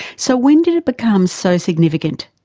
so when did it become so significant?